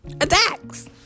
attacks